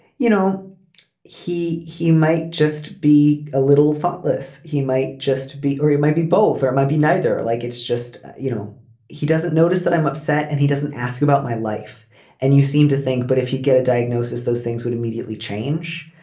you know he he might just be a little thoughtless he might just be or maybe both or might be neither. like it's just you know he doesn't notice that i'm upset and he doesn't ask about my life and you seem to think but if you get a diagnosis those things would immediately change.